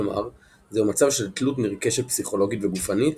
כלומר, זהו מצב של תלות נרכשת פסיכולוגית וגופנית,